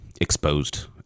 exposed